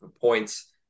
points